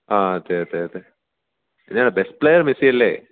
ആ അതെ അതെ അതെ പിന്നെ ബെസ്റ്റ് പ്ലെയർ മെസ്സി അല്ലേ